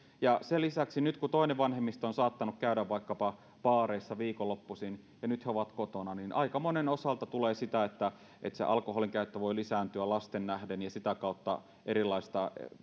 sen lisäksi kun toinen vanhemmista on saattanut käydä vaikkapa baareissa viikonloppusin mutta nyt he ovat kotona aika monen osalta tulee sitä että että alkoholinkäyttö voi lisääntyä lasten nähden ja sitä kautta erilainen